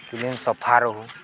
clean ସଫା ରହୁ